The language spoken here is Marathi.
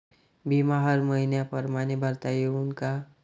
बिमा हर मइन्या परमाने भरता येऊन का?